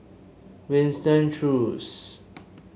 Winston Choos